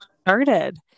started